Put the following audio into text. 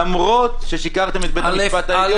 למרות ששיקרתם את בית המשפט העליון,